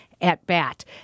at-bat